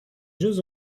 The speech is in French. jeux